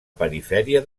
perifèria